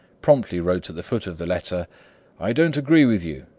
promptly wrote at the foot of the letter i don't agree with you,